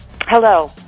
Hello